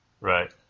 Right